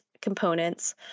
components